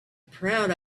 proud